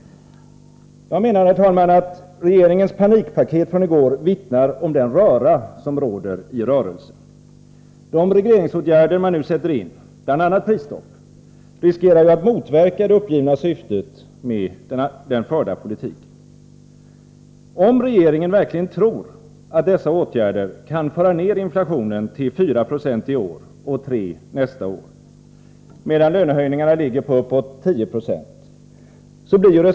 Jag menar, herr talman, att regeringens panikpaket från i går vittnar om den röra som råder i rörelsen. De regleringsåtgärder man nu sätter in — bl.a. prisstopp — riskerar att motverka det uppgivna syftet med den förda politiken. Tror regeringen verkligen att dessa åtgärder kan föra ned inflationen till 4 92 i år och 3 20 nästa år, medan lönehöjningarna ligger på uppåt 10 926?